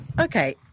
Okay